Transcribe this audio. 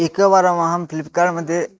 एकवारम् अहं फ्लिप्कार्ट् मध्ये